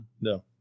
No